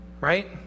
Right